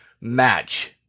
match